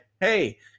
Hey